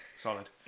solid